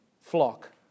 flock